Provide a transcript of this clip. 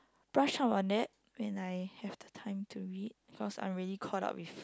brush up on it when I have the time to read because I'm really caught up with